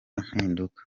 impinduka